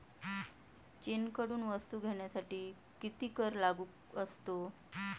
चीनकडून वस्तू घेण्यासाठी किती कर लागू असतो?